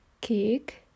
cake